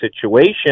situation